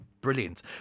brilliant